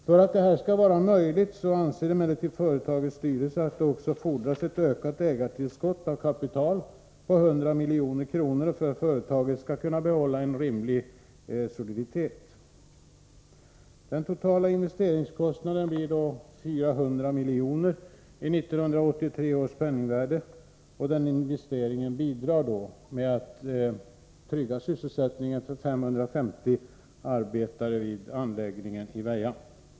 För att detta skall vara möjligt anser emellertid företagets styrelse att det också fordras ett ökat ägartillskott av kapital på 100 milj.kr. för att företaget skall kunna behålla en rimlig soliditet. Den totala investeringskostnaden blir då 400 milj.kr. i 1983 års penningvärde, och den investeringen bidrar till att säkra 550 arbetstillfällen vid anläggningen i Väja.